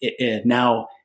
now